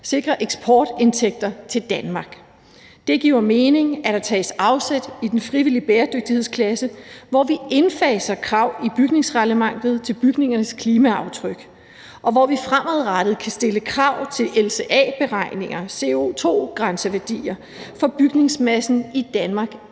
sikre eksportindtægter til Danmark. Det giver mening, at der tages afsæt i den frivillige bæredygtighedsklasse, hvor vi indfaser krav i bygningsreglementet til bygningernes klimaaftryk, og hvor vi fremadrettet kan stille krav til lca-beregninger og CO2-grænseværdier, for bygningsmassen i Danmark